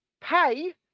pay